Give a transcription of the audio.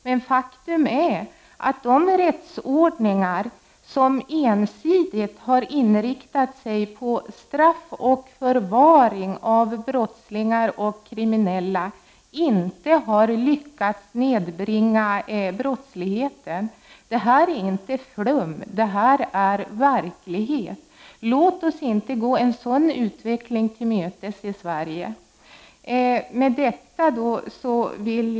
Men faktum är att de rättsordningar som ensidigt har inriktats på straff och förvaring av brottslingar och kriminella inte har lyckats nedbringa brottsligheten. Det här är inte flum, utan detta är verklighet. Låt oss inte gå en sådan utveckling till mötes i Sverige.